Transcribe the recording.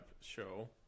show